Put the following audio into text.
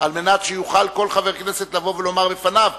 על מנת שיוכל כל חבר כנסת לבוא ולומר לפניו: